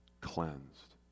cleansed